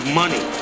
money